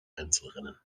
einzelrennen